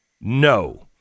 no